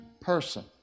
person